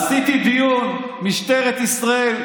עשיתי דיון: משטרת ישראל.